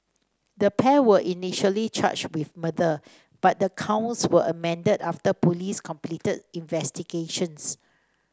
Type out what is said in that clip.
the pair were initially charged with murder but the counts were amended after police completed investigations